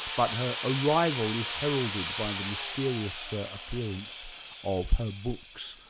but her arrival is heralded by the mysterious appearance of her books.